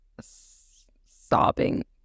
sobbing